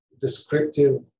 descriptive